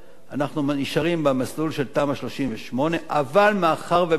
אנחנו נשארים במסלול של תמ"א 38. אבל מאחר שמדובר פה